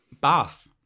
Bath